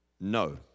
No